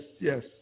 yes